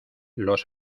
los